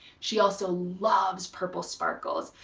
she also loves purple sparkles,